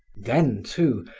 then, too,